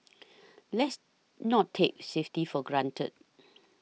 let's not take safety for granted